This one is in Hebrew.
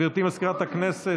גברתי מזכירת הכנסת,